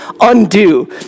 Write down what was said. undo